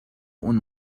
اون